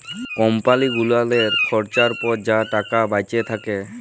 কম্পালি গুলালের খরচার পর যা টাকা বাঁইচে থ্যাকে